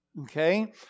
Okay